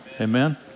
Amen